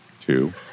two